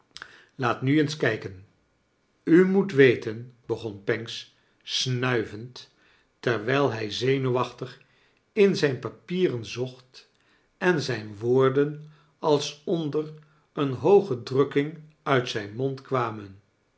laat nu eens kijken u moet weten begon pancks snuivend terwijl hij zenuwachtig in zijn papieren zocht en zijn woorden ais onder een hooge drukking nit zijn mond kwamen